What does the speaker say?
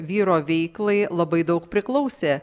vyro veiklai labai daug priklausė